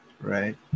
right